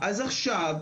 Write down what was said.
אז עכשיו,